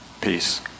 Peace